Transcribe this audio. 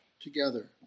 together